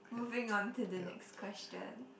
moving on to the next question